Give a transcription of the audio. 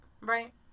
Right